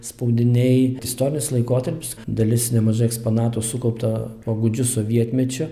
spaudiniai istorinis laikotarpis dalis nemažai eksponatų sukaupta po gūdžiu sovietmečiu